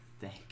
Thank